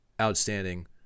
outstanding